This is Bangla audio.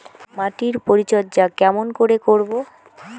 মাটির পরিচর্যা কেমন করে করব?